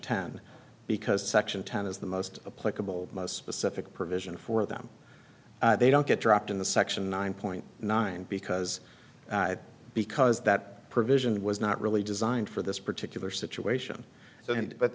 ten because section ten is the most pleasurable most specific provision for them they don't get dropped in the section nine point nine because because that provision was not really designed for this particular situation but